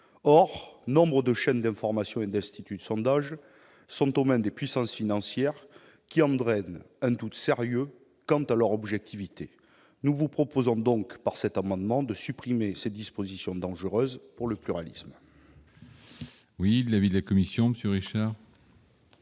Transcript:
Or nombre de chaînes d'information et d'instituts de sondage sont aux mains des puissances financières, ce qui engendre un doute sérieux sur leur objectivité. Nous vous proposons donc, au travers de cet amendement, de supprimer une disposition dangereuse pour le pluralisme. Quel est l'avis de la commission ? L'avis